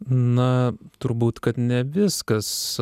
na turbūt kad ne viskas